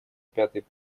пятый